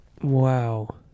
Wow